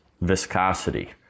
viscosity